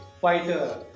fighter